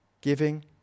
giving